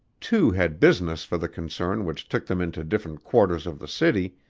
two had business for the concern which took them into different quarters of the city,